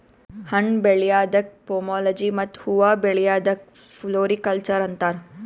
ಹಣ್ಣ್ ಬೆಳ್ಯಾದಕ್ಕ್ ಪೋಮೊಲೊಜಿ ಮತ್ತ್ ಹೂವಾ ಬೆಳ್ಯಾದಕ್ಕ್ ಫ್ಲೋರಿಕಲ್ಚರ್ ಅಂತಾರ್